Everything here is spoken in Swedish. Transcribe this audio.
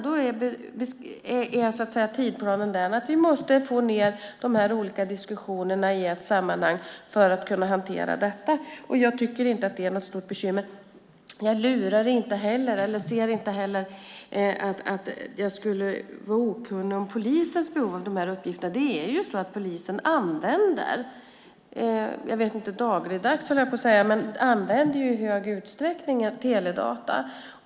Då är tidplanen den att vi måste få ned de här olika diskussionerna i ett sammanhang för att kunna hantera detta. Jag tycker inte att det är något stort bekymmer. Jag ser inte heller att jag skulle vara okunnig om polisens behov av de här uppgifterna. Polisen använder, - dagligdags höll jag på att säga - i hög utsträckning teledata.